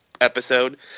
episode